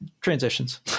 transitions